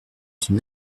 une